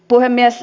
puhemies